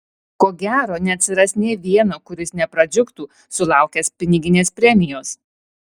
ko gero neatsiras nė vieno kuris nepradžiugtų sulaukęs piniginės premijos